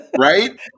Right